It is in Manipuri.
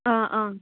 ꯑꯥ ꯑꯥ